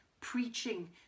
preaching